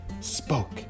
spoke